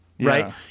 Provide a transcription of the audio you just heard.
Right